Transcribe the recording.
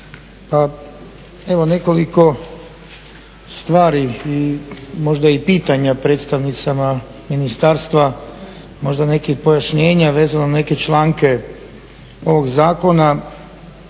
evo nekoliko stvari i možda i pitanja predstavnicama ministarstva, možda neko i pojašnjenja vezano uz neke članke ovog zakona